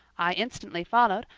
i instantly followed,